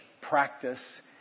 practice